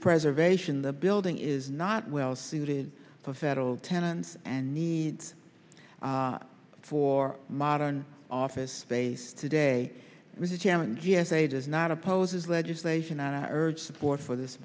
preservation the building is not well suited to federal tenants and needs for modern office space today was a challenge yes it is not opposes legislation and i urge support for this